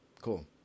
cool